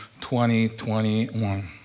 2021